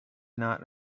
not